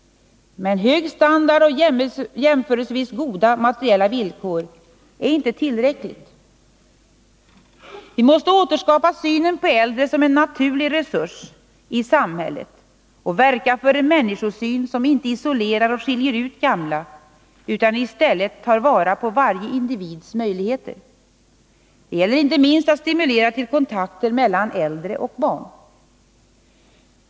Men hög standard och jämförelsevis goda materiella villkor är inte tillräckligt. Vi måste återskapa synen på äldre som en naturlig resurs i samhället och verka för en människosyn som inte isolerar och skiljer ut gamla utan i stället tar vara på varje individs möjligheter. Det gäller inte minst att stimulera till kontakter mellan äldre och barn.